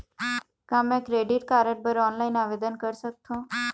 का मैं credit card बर ऑनलाइन आवेदन कर सकथों?